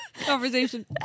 conversation